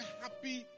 happy